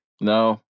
No